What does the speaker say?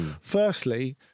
Firstly